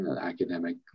academic